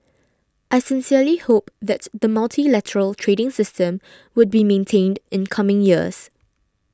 I sincerely hope that the multilateral trading system would be maintained in coming years